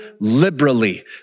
liberally